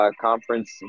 conference